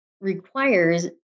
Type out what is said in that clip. requires